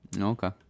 Okay